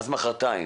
אז מוחרתיים,